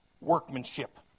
workmanship